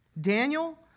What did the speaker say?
Daniel